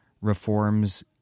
reforms